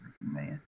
man